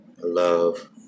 love